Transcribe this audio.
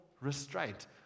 restraint